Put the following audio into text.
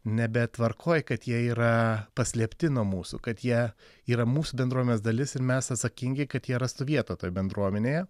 nebe tvarkoj kad jie yra paslėpti nuo mūsų kad jie yra mūsų bendruomenės dalis ir mes atsakingi kad jie rastų vietą toj bendruomenėje